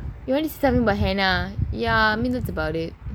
starting about henna ya that's about it